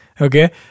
okay